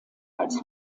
als